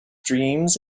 dreams